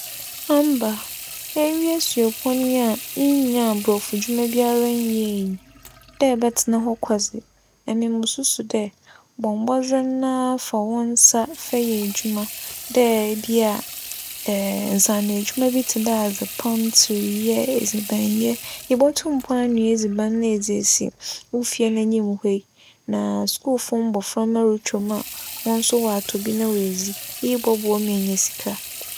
Amba, ewie suapͻn yi a nnya aborͻfo dwuma biara nnyɛe yi, dɛ ebɛtsena hͻ kaw dze, emi mususu dɛ, bͻ mbͻdzen na fa wo nsa yɛ edwuma dɛ ebia nsaano edwuma bi tse dɛ adzepam, tsiryɛ, edzibanyɛ. Ibotum mpo anoa edziban na edze esi wo fie n'enyim hͻ yi na skuulfo mboframba rutwa mu a, hͻn so wͻato bi edzi. Iyi so bͻboa ma enya sika.